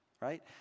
Right